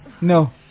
no